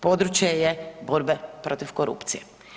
Područje je borbe protiv korupcije.